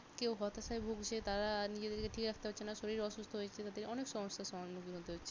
কেউ হতাশায় ভুগছে তারা নিজেদেরকে ঠিক রাখতে পারছে না শরীর অসুস্থ হয়ে যাচ্ছে তাদের অনেক সমস্যার সম্মুখীন হতে হচ্ছে